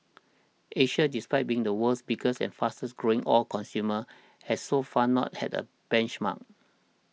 Asia despite being the world's biggest and fastest growing oil consumer has so far not had a benchmark